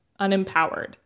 unempowered